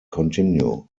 continue